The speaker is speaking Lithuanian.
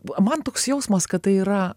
man toks jausmas kad tai yra